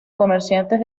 comerciantes